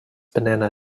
banana